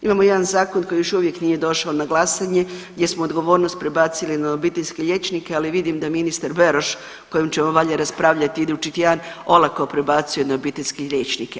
Imamo jedan zakon koji još uvijek nije došao na glasanje gdje smo odgovornost prebacili na obiteljske liječnike ali vidim da ministar Beroš o kojem ćemo valjda raspravljati idući tjedan olako prebacuje na obiteljske liječnike.